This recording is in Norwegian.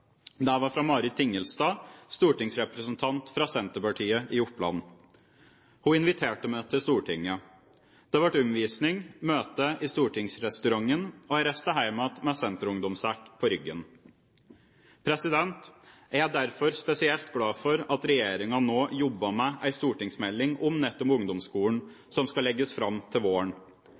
Det var fra Marit Tingelstad, stortingsrepresentant fra Senterpartiet i Oppland. Hun inviterte meg til Stortinget. Det ble omvisning, møte i stortingsrestauranten, og jeg reiste hjem igjen med senterungdomssekk på ryggen. Jeg er derfor spesielt glad for at regjeringen nå jobber med en stortingsmelding om nettopp ungdomsskolen, som skal legges fram til våren.